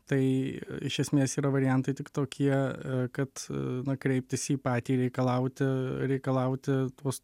tai iš esmės yra variantai tik tokie kad na kreiptis į patį reikalauti reikalauti tuos